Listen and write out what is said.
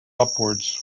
upwards